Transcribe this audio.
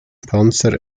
panzer